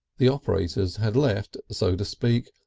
the operators had left, so to speak,